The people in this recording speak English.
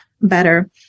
better